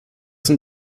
sind